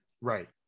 Right